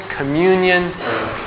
communion